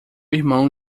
irmão